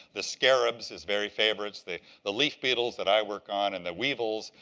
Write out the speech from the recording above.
the scarabs, his very favorites, the the leaf beetles that i work on, and the weevils,